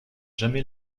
jamais